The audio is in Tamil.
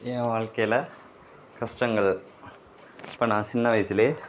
என் வாழ்கையில கஷ்டங்கள் இப்போ நான் சின்ன வயசுலேயே